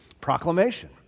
proclamation